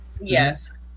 Yes